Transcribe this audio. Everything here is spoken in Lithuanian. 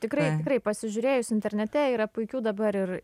tikrai tikrai pasižiūrėjus internete yra puikių dabar ir